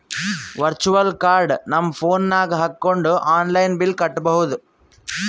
virtual card ನಮ್ phone ನಾಗ್ ಹಾಕೊಂಡ್ ಆನ್ಲೈನ್ ಬಿಲ್ ಕಟ್ಟಬೋದು